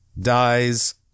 dies